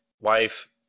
wife